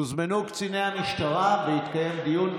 יוזמנו קציני המשטרה ויתקיים דיון,